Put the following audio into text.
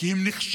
כי הם נכשלו,